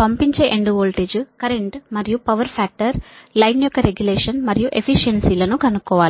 పంపించే end voltage current మరియు power factor line యొక్క రెగ్యులేషన్ మరియు ఎఫిషియెన్సీ లని కనుక్కోవాలి